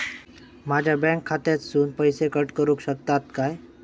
माझ्या बँक खात्यासून पैसे कट करुक शकतात काय?